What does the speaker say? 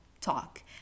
talk